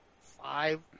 five